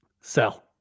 Sell